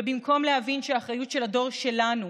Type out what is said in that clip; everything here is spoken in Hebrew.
ובמקום להבין שהאחריות של הדור שלנו,